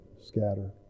scatter